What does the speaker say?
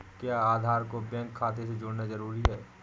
क्या आधार को बैंक खाते से जोड़ना जरूरी है?